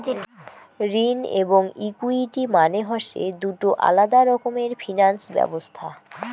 ঋণ এবং ইকুইটি মানে হসে দুটো আলাদা রকমের ফিনান্স ব্যবছস্থা